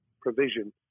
provision